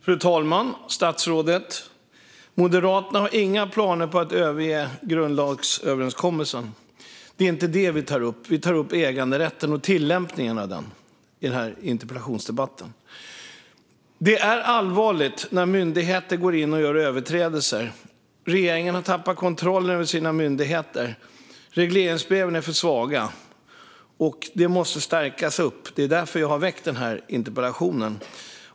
Fru talman och statsrådet! Moderaterna har inga planer på att överge grundlagsöverenskommelsen. Det är inte det vi tar upp i den här interpellationsdebatten, utan vi tar upp äganderätten och tillämpningen av den. Det är allvarligt när myndigheter går in och gör överträdelser. Regeringen har tappat kontrollen över sina myndigheter, och regleringsbreven är för svaga. Det måste stärkas, och det är därför jag har ställt interpellationen.